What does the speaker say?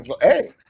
Hey